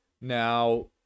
now